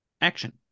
action